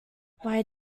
why